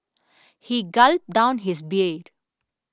he gulped down his beer